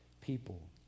people